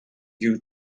you